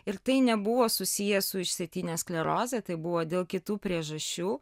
ir tai nebuvo susiję su išsėtine skleroze tai buvo dėl kitų priežasčių